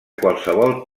qualsevol